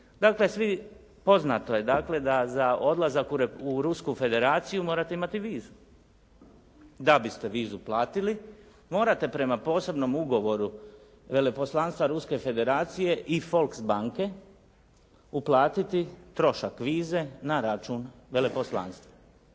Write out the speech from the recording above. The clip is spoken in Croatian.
slučaj. Poznato je dakle da za odlazak u Rusku federaciju morate imati vizu. Da biste vizu platili, morate prema posebnom ugovoru veleposlanstva Ruske federacije i Volks banke uplatiti trošak vize na račun veleposlanstva.